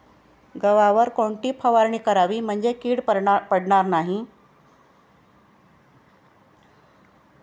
गव्हावर कोणती फवारणी करावी म्हणजे कीड पडणार नाही?